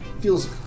feels